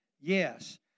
Yes